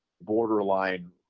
borderline